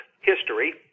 history